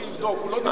הוא לא דיבר בלי רשות.